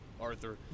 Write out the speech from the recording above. Arthur